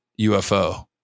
UFO